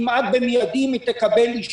כמעט באופן מידי אם היא תקבל אישור,